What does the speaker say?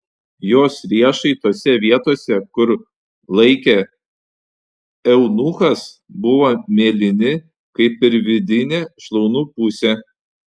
jos riešai tose vietose kur laikė eunuchas buvo mėlyni kaip ir vidinė šlaunų pusė